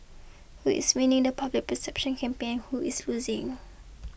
who is winning the public perception campaign who is losing